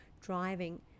driving